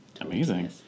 Amazing